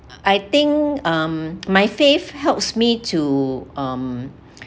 I think um my faith helps me to um